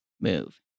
move